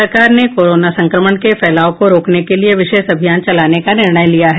सरकार ने कोरोना संक्रमण के फैलाव को रोकने के लिए विशेष अभियान चलाने का निर्णय लिया है